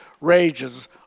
rages